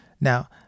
Now